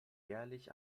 jährlich